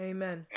Amen